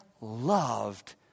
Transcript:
loved